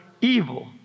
evil